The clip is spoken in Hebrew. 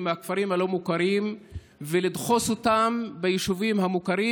מהכפרים הלא-מוכרים ולדחוס אותם ביישובים המוכרים,